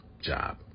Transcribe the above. job